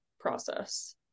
process